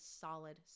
Solid